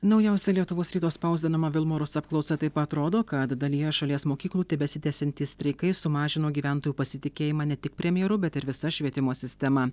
naujausia lietuvos ryto spausdinama vilmorus apklausa taip pat rodo kad dalyje šalies mokyklų tebesitęsiantys streikai sumažino gyventojų pasitikėjimą ne tik premjeru bet ir visa švietimo sistema